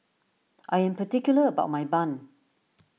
I am particular about my Bun